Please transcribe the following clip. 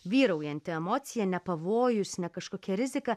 vyraujanti emocija ne pavojus ne kažkokia rizika